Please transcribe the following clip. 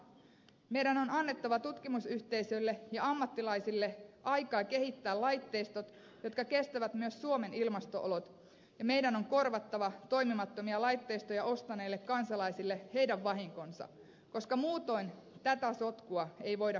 meidän on annettava tutkimusyhteisöille ja ammattilaisille aikaa kehittää laitteistot jotka kestävät myös suomen ilmasto olot ja meidän on korvattava toimimattomia laitteistoja ostaneille kansalaisille heidän vahinkonsa koska muutoin tätä sotkua ei voida kunnialla hoitaa